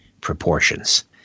proportions